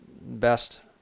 best